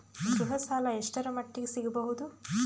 ಗೃಹ ಸಾಲ ಎಷ್ಟರ ಮಟ್ಟಿಗ ಸಿಗಬಹುದು?